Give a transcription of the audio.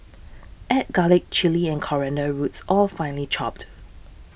add garlic chilli and coriander roots all finely chopped